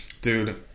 Dude